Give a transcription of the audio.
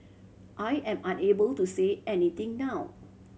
I am unable to say anything now